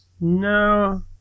No